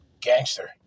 Gangster